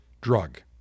drug